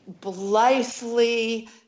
blithely